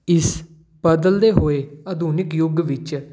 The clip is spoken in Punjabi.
ਇਸ ਬਦਲਦੇ ਹੋਏ ਆਧੁਨਿਕ ਯੁੱਗ ਵਿੱਚ